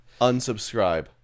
unsubscribe